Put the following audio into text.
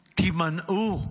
תימנעו.